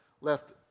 left